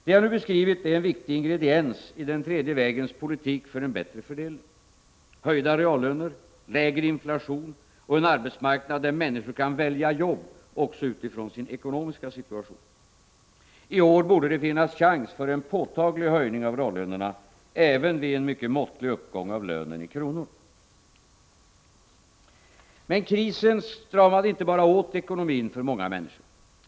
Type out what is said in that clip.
Det jag nu beskrivit är en viktig ingrediens i den tredje vägens politik för en bättre fördelning: höjda reallöner, lägre inflation och en arbetsmarknad där människor kan välja jobb också utifrån sin ekonomiska situation. I år borde det finnas chans för en påtaglig höjning av reallönerna, även vid en mycket måttlig uppgång av lönen i kronor. Men krisen stramade inte bara åt ekonomin för många människor.